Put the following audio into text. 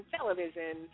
Television